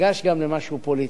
ניגש גם למשהו פוליטי.